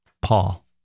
Paul